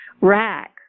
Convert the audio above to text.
rack